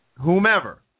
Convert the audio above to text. whomever